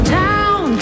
down